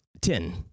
Ten